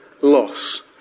loss